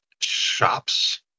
Shops